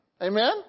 Amen